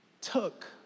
took